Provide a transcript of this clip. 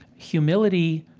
humility